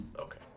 okay